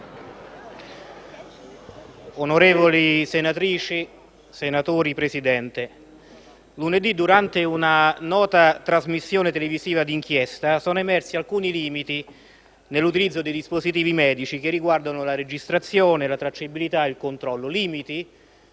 onorevoli senatrici e senatori, lunedì durante una nota trasmissione televisiva di inchiesta sono emersi alcuni limiti nell'utilizzo dei dispositivi medici che riguardano la registrazione, la tracciabilità e il controllo. Tali